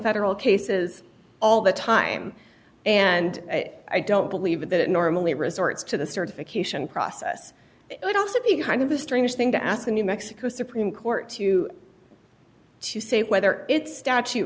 federal cases all the time and i don't believe that it normally resorts to the certification process would also be kind of a strange thing to ask the new mexico supreme court to to say whether it's statu